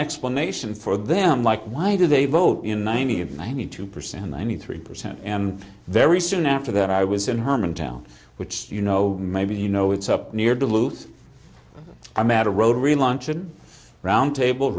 explanation for them like why did they vote in ninety of ninety two percent ninety three percent and very soon after that i was in herman town which you know maybe you know it's up near duluth a matter road relaunches round table